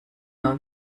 nur